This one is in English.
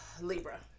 Libra